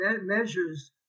measures